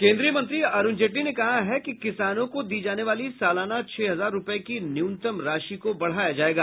केन्द्रीय मंत्री अरूण जेटली ने कहा है कि किसानों को दी जाने वाली सालाना छह हजार रूपये की न्यूनतम राशि को बढ़ाया जायेगा